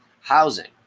housing